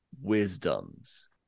wisdoms